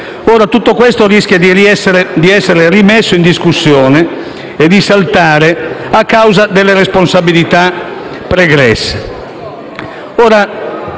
tutto questo rischia di essere rimesso in discussione e di saltare per delle responsabilità pregresse.